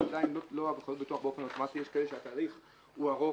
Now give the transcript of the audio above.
הרי לא בכל ביטוח באופן אוטומטי יש כאלה שהתהליך הוא ארוך,